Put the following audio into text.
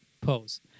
pose